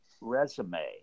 resume